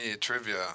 trivia